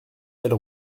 elle